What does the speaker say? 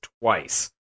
twice